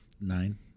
nine